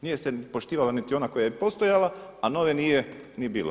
Nije se poštivala niti ona koja je postojala, a nove nije ni bilo.